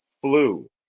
flu